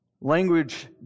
Language